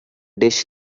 dish